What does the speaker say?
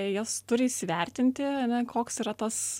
jos turi įsivertinti ane koks yra tas